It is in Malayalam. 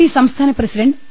പി സംസ്ഥാന് പ്രസിഡന്റ് പി